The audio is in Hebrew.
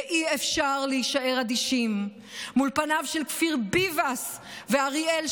ואי-אפשר להישאר אדישים מול פניהם של כפיר ביבס ואריאל,